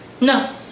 No